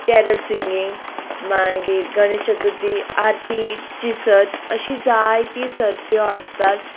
Carol singing मागीर गणेश चतुर्थी आरतीची सर्त अशी जायतीं सर्त्यो आसतात